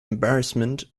embarrassment